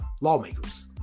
lawmakers